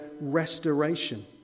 restoration